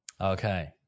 Okay